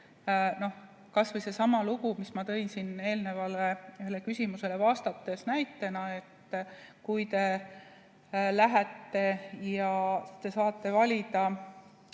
Kas või seesama näide, mille ma tõin siin eelnevale küsimusele vastates, et kui te lähete ja saate valida